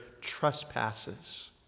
trespasses